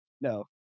No